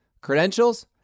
Credentials